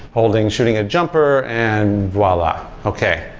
holding shooting a jumper and voila. okay.